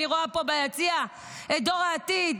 אני רואה פה ביציע את דור העתיד,